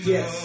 Yes